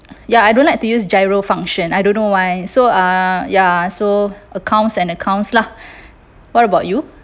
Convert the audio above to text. ya I don't like to use GIRO function I don't know why so uh ya so accounts and accounts lah what about you